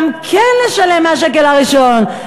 גם כן לשלם מהשקל הראשון.